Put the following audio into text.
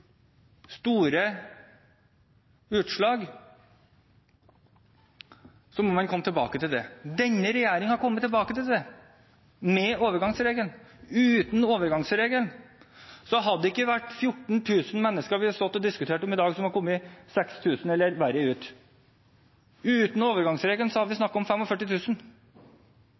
store utslag, må man komme tilbake til det. Denne regjeringen er kommet tilbake til det med overgangsregelen. Uten overgangsregelen hadde det ikke vært 14 000 mennesker vi hadde stått her og diskutert i dag, som har kommet 6 000 kr eller verre ut. Uten overgangsregelen hadde det vært snakk om 45 000. Vi